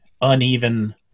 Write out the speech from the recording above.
uneven